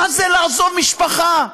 מה זה לעזוב משפחה,